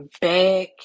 back